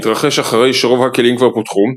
מתרחש אחרי שרוב הכלים כבר פותחו,